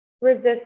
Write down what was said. Resist